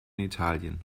italien